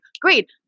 great